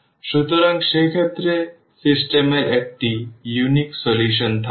সুতরাং সেক্ষেত্রে সিস্টেম এর একটি অনন্য সমাধান থাকবে